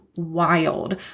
wild